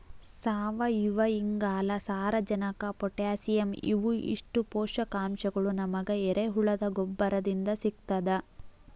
ಸಾವಯುವಇಂಗಾಲ, ಸಾರಜನಕ ಪೊಟ್ಯಾಸಿಯಂ ಇವು ಇಷ್ಟು ಪೋಷಕಾಂಶಗಳು ನಮಗ ಎರೆಹುಳದ ಗೊಬ್ಬರದಿಂದ ಸಿಗ್ತದ